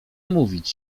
mówić